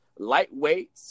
Lightweight